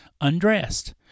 undressed